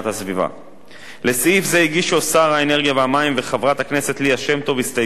לסעיף זה הגישו שר האנרגיה והמים וחברת הכנסת ליה שמטוב הסתייגות המבקשת